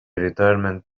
retirement